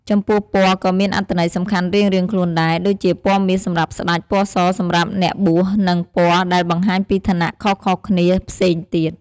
ចំពោះពណ៌ក៏មានអត្ថន័យសំខាន់រៀងៗខ្លួនដែរ ដូចជាពណ៌មាសសម្រាប់ស្តេច ពណ៌ស សម្រាប់អ្នកបួស នឹងពណ៌ដែលបង្ហាញពីឋានៈខុសៗគ្នាផ្សេងទៀត ។